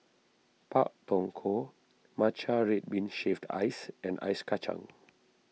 Pak Thong Ko Matcha Red Bean Shaved Ice and Ice Kachang